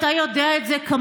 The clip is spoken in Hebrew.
אתה יודע את זה כמוני,